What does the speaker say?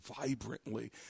vibrantly